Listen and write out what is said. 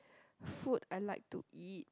food I like to eat